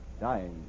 dying